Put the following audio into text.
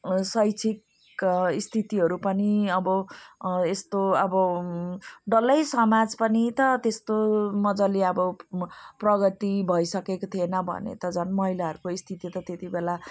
शैक्षिक स्थितिहरू पनि अब यस्तो अब डल्लै समाज पनि त त्यस्तो मजाले अब प्रगति भइसकेको थिएन भने त झन् महिलाहरूको स्थिति त त्यतिबेला